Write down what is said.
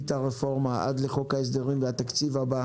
את הרפורמה עד לחוק ההסדרים והתקציב הבא